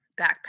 Backpack